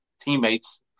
teammates